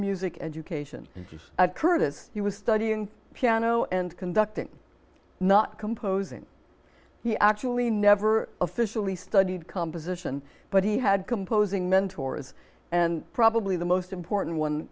music education at curtis he was studying piano and conducting not composing he actually never officially studied composition but he had composing mentors and probably the most important one